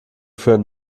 führen